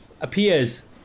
appears